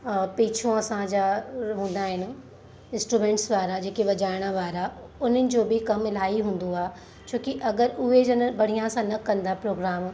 पीछो असांजा हूंदा आहिनि स्ट्रुमेंट्स वारा जेके वॼाइण वारा उन्हनि जो बि कम इलाही हूंदो आहे छो कि अगरि उहे जन बढ़ियां सां न कंदा प्रोग्राम